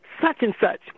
such-and-such